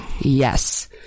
Yes